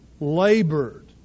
labored